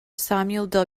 samuel